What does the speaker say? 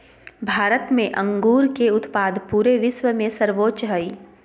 भारत में अंगूर के उत्पाद पूरे विश्व में सर्वोच्च हइ